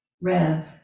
rev